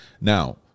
now